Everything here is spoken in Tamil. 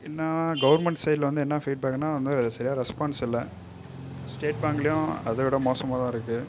இன்ன கவுர்மெண்ட் சைட்டில் வந்து என்ன ஃபீட்பேக்குன்னா வந்து சரியாக ரெஸ்பான்ஸ் இல்லை ஸ்டேட் பேங்க்லையும் அதை விட மோசமாக தான் இருக்கு